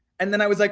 and then i was, like